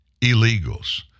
illegals